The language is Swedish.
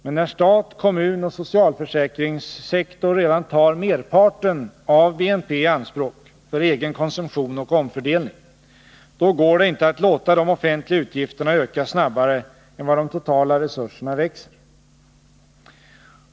Men när stat, kommun och socialförsäkringssektor redan tar merparten av BNP i anspråk för egen konsumtion och omfördelning går det inte att låta de offentliga utgifterna öka snabbare än vad de totala resurserna växer.